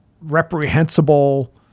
reprehensible